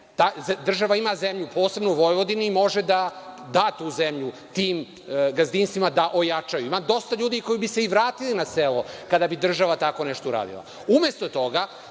Država ima zemlju, posebno u Vojvodini i može da da tu zemlju tim gazdinstvima da ojačaju. Ima dosta ljudi koji bi se vratili na selo kada bi država tako nešto uradila. Umesto toga